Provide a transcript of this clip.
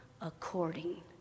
according